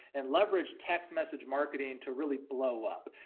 and leverage text message marketing to really blow up.